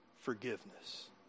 forgiveness